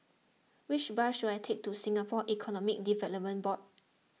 which bus should I take to Singapore Economic Development Board